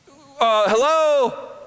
hello